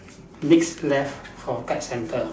next left for pet centre